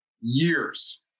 years